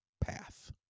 path